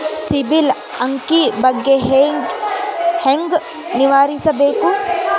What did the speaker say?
ಸಿಬಿಲ್ ಅಂಕಿ ಬಗ್ಗೆ ಹೆಂಗ್ ನಿಗಾವಹಿಸಬೇಕು?